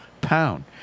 pound